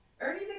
Ernie